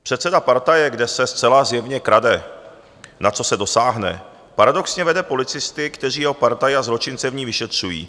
Předseda partaje, kde se zcela zjevně krade, na co se dosáhne, paradoxně vede policisty, kteří jeho partaj a zločince v ní vyšetřují.